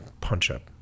punch-up